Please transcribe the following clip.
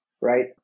right